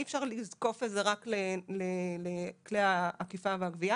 אי אפשר לזקוף את זה רק לכלי האכיפה והגבייה,